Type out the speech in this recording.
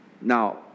Now